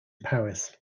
paris